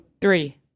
Three